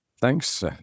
Thanks